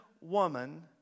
woman